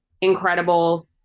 incredible